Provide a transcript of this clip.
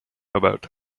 about